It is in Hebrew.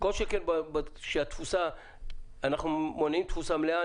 כל שכן כשאנחנו מונעים תפוסה מלאה.